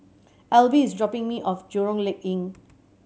Alvie is dropping me off Jurong Lake